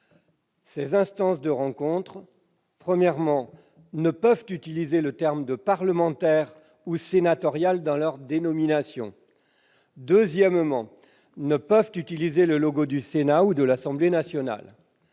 ces instances de rencontres ne peuvent utiliser le terme de « parlementaire » ou « sénatorial » dans leur dénomination, ne peuvent utiliser le logo du Sénat ou de l'Assemblée nationale,